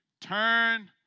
Turn